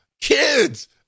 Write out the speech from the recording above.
kids